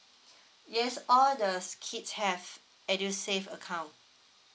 yes all the kids have edusave account